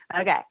Okay